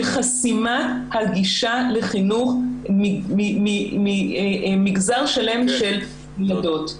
של חסימת הגישה לחינוך ממגזר שלם של ילדות.